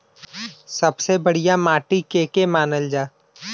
सबसे बढ़िया माटी के के मानल जा?